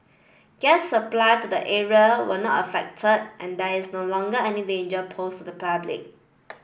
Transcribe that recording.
gas supply to the area was not affected and there is no longer any danger posed to the public